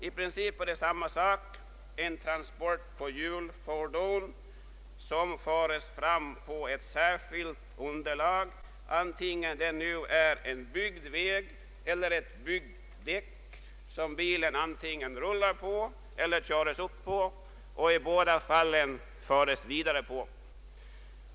I princip är det samma sak: en transport på hjulfordon, som föres fram på ett särskilt underlag, antingen det nu är en byggd väg eller ett byggt däck som bilen rullar på eller körs upp på och i båda fallen föres vidare på.